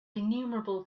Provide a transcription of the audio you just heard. innumerable